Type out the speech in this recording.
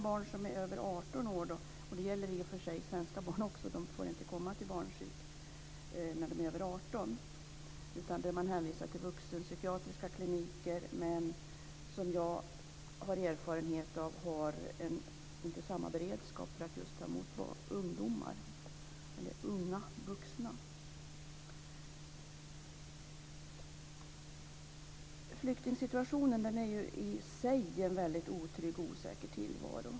Barn som är över 18 år - det gäller i och för sig också svenska barn - får inte komma till barnpsyk, utan de är hänvisade till vuxenpsykiatriska kliniker som dock - det är min erfarenhet - inte har samma beredskap för att ta emot just unga vuxna. Flyktingsituationen i sig är en väldigt otrygg och osäker tillvaro.